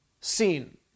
seen